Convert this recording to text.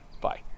bye